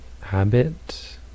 habit